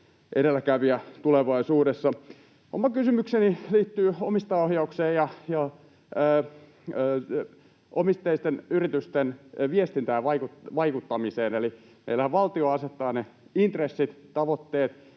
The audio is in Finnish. edelläkävijä tulevaisuudessa. Oma kysymykseni liittyy omistajaohjaukseen ja omisteisten yritysten viestintään ja vaikuttamiseen. Eli meillähän valtio asettaa ne intressit, tavoitteet,